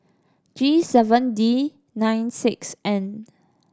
G seven D nine six N